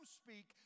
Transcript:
speak